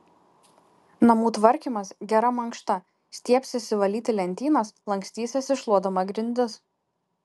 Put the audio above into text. namų tvarkymas gera mankšta stiebsiesi valyti lentynas lankstysiesi šluodama grindis